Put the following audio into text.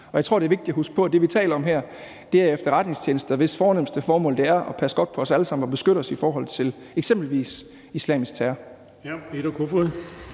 Jeg tror, det er vigtigt at huske på, at det, vi taler om her, er efterretningstjenester, hvis fornemste formål er at passe godt på os alle sammen og beskytte os i forhold til eksempelvis islamisk terror.